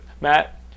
Matt